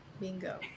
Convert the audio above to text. Bingo